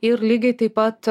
ir lygiai taip pat